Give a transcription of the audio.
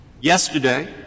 Yesterday